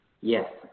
Yes